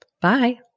Bye